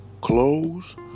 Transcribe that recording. clothes